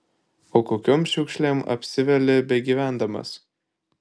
o kokiom šiukšlėm apsiveli begyvendamas